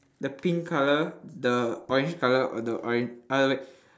the pink colour the orange colour or the oran~ uh like